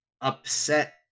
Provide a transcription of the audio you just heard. upset